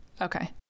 Okay